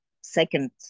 second